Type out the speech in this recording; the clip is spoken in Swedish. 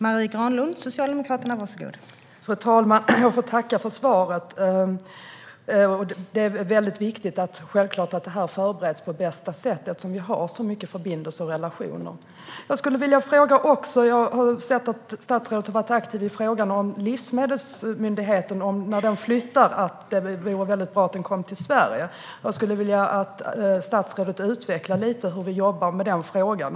Fru talman! Jag får tacka för svaret. Det är självklart väldigt viktigt att det förbereds på bästa sätt, eftersom vi har så många förbindelser och relationer. Jag har sett att statsrådet har varit aktiv i frågan om livsmedelsmyndigheten: När den flyttar vore det väldigt bra om den kommer till Sverige. Jag skulle vilja att statsrådet utvecklar lite hur vi jobbar med den frågan.